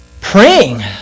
praying